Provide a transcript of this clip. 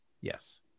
Yes